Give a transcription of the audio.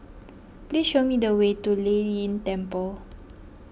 please show me the way to Lei Yin Temple